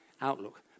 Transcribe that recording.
outlook